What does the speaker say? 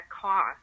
cost